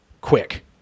quick